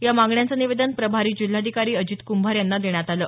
या मागण्यांचं निवेदन प्रभारी जिल्हाधिकारी अजित कुंभार यांना देण्यात आलं